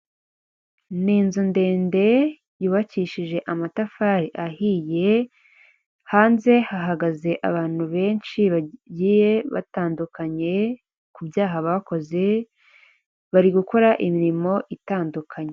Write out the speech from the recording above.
Ni inzu ndende yubakishije amatafari ahiye, hanze hahagaze abantu benshi bagiye batandukanye ku byaha, bakoze bari gukora imirimo itandukanye.